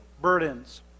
burdens